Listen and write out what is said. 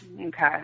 Okay